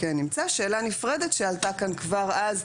שאלה נפרדת שעלתה כאן כבר אז,